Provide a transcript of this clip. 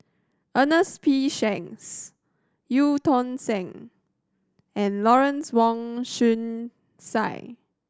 Ernest P Shanks Eu Tong Sen and Lawrence Wong Shyun Tsai